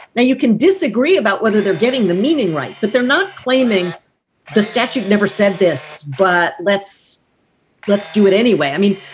now, you can disagree about whether they're getting the meaning right, but they're not claiming the statute never said this. but let's let's do it anyway. i mean,